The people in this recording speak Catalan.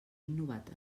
innovat